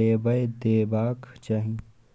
लेबय देबाक चाही